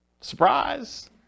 Surprise